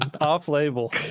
Off-label